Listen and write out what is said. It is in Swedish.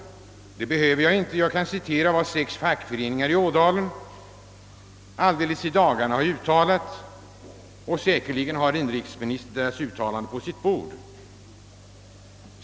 Det behöver jag inte. Jag kan bara citera vad sex fackföreningar i Ådalen alldeles i dagarna har uttalat, och säkerligen har inrikesministern nu deras uttalande på sitt bord.